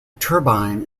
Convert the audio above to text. turbine